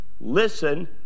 listen